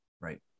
right